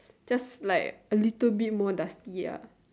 just like a little bit more dusty ah